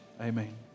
Amen